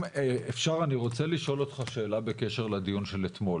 אני רוצה לשאול אותך שאלה בקשר לדיון של אתמול,